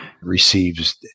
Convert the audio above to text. receives